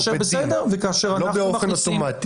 לא באופן אוטומטי.